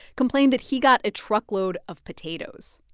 complained that he got a truckload of potatoes.